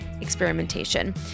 experimentation